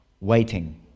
waiting